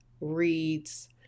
reads